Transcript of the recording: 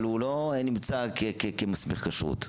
אבל הוא לא נמצא כמסמיך כשרות.